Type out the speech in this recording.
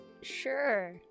Sure